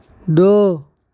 دو